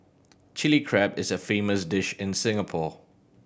Chilli Crab is a famous dish in Singapore